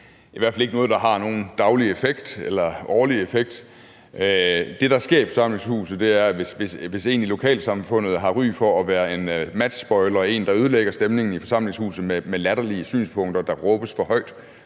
i hvert fald ikke noget, der har nogen daglig eller årlig effekt. Det, der sker i forsamlingshuset, er, at hvis en i lokalsamfundet har ry for at være en matchspoiler, altså en, der ødelægger stemningen i forsamlingshuset med latterlige synspunkter, der råbes for højt,